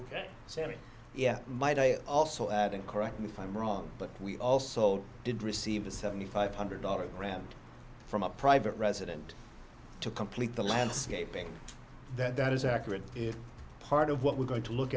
sam yeah might i also add and correct me if i'm wrong but we also did receive a seventy five hundred dollars grant from a private resident to complete the landscaping that is accurate is part of what we're going to look